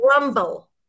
Rumble